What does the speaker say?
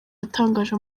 yatangaje